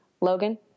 logan